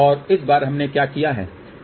और इस बार हमने क्या किया है